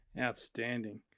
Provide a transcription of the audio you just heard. Outstanding